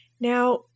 Now